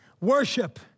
worship